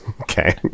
okay